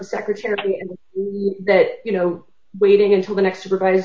the secretary and that you know waiting until the next to provide